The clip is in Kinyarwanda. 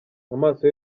amaso